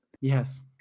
Yes